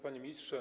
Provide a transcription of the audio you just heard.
Panie Ministrze!